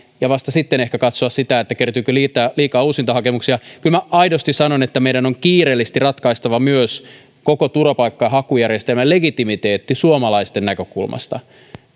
ja vasta sitten ehkä katsoa sitä kertyykö liikaa liikaa uusintahakemuksia kyllä minä aidosti sanon että meidän on kiireellisesti ratkaistava myös koko turvapaikanhakujärjestelmän legitimiteetti suomalaisten näkökulmasta